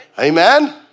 Amen